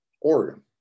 Oregon